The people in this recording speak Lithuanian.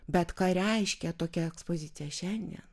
bet ką reiškia tokia ekspozicija šiandien